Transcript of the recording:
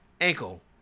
ankle